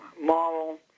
moral